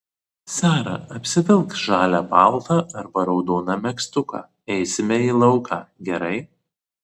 sara apsivilk žalią paltą arba raudoną megztuką eisime į lauką gerai